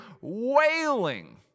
wailing